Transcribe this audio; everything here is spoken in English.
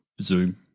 Zoom